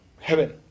heaven